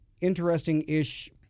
interesting-ish